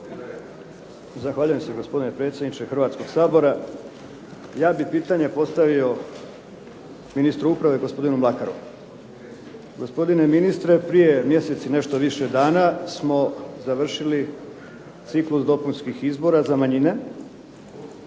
Zahvaljujem se gospodine predsjedniče Hrvatskog sabora. Ja bih pitanje postavio ministru uprave, gospodinu Mlakaru. Gospodine ministre, prije mjesec i nešto više dana smo završili ciklus dopunskih izbora za manjine